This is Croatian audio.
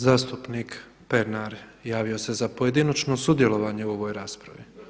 Zastupnik Pernar javio se za pojedinačno sudjelovanje u ovoj raspravi.